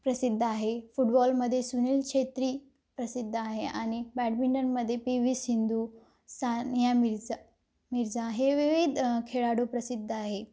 प्रसिद्ध आहे फुटबॉलमध्ये सुनील छेत्री प्रसिद्ध आहे आणि बॅडमिंटनमध्ये पी वी सिंधू सानिया मिर्झा मिर्झा हे विविध खेळाडू प्रसिद्ध आहे